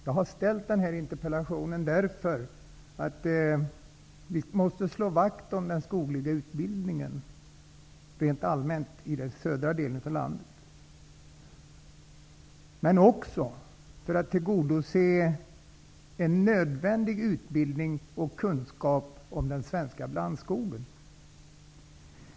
Jag har ställt den här interpellationen därför att vi måste slå vakt om den skogliga utbildningen rent allmänt i den södra delen av landet men också därför att det är angeläget att tillgodose en nödvändig utbildning och kunskap om den svenska blandskogen.